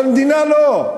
אבל מדינה לא.